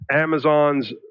Amazon's